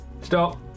Stop